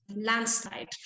landslide